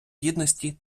гідності